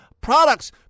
products